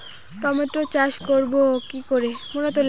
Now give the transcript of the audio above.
Tomato চাষ করব কি করে?